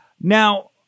Now